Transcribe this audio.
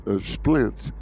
splints